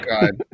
god